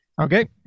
Okay